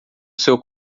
seu